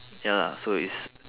ya lah so it's